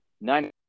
nine